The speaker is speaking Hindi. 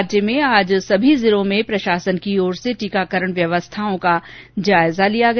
राज्य में सभी जिलों में आज प्रशासन की ओर से टीकाकरण व्यवस्थाओं का जायजा लिया गया